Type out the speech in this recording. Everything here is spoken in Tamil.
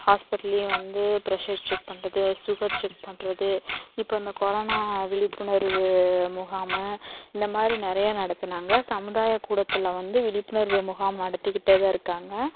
ஹாஸ்பிட்டல்லையும் வந்து ப்ரெஷர் செக் பண்ணுறது சுகர் செக் பண்ணுறது இப்போ இந்த கொரோனா விழிப்புணர்வு முகாம் இந்தமாதிரி நிறையா நடத்தினாங்க சமுதாய கூடத்தில் வந்து விழிப்புணர்வு முகாம் நடத்திக்கிட்டே தான் இருக்காங்க